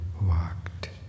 walked